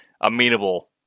amenable